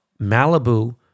Malibu